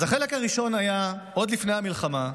אז החלק הראשון היה עוד לפני המלחמה,